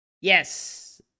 Yes